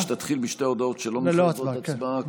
אני מציע שתתחיל משתי ההודעות שלא מחייבות הצבעה.